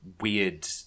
weird